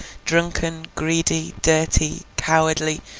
drunken, greedy, dirty, cowardly,